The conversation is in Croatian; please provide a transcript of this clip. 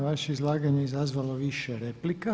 Vaše izlaganje je izazvalo više replika.